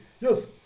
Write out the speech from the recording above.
yes